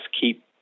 keep